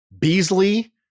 Beasley